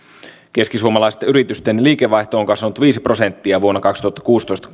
keskisuomalaisten yritysten liikevaihto on kasvanut viisi prosenttia vuonna kaksituhattakuusitoista